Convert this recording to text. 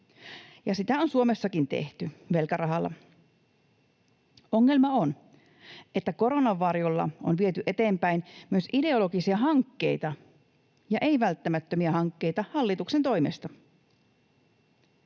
ja sitä on Suomessakin tehty, velkarahalla. Ongelma on, että koronan varjolla on viety eteenpäin myös ideologisia hankkeita ja ei-välttämättömiä hankkeita hallituksen toimesta.